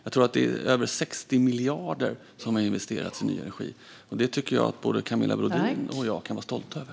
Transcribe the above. Jag tror att det är över 60 miljarder som har investerats i ny energi. Det tycker jag att både Camilla Brodin och jag kan vara stolta över.